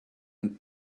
and